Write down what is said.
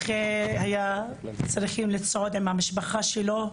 הוא ניסה לחוס על המשפחה שלו,